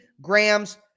grams